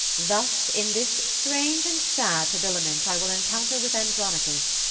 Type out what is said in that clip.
thus, in this strange and sad habiliment, i will encounter with andronicus,